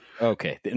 Okay